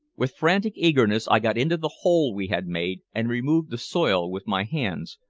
with frantic eagerness i got into the hole we had made and removed the soil with my hands,